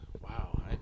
wow